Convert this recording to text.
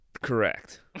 correct